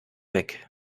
weg